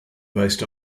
based